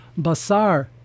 basar